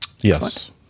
Yes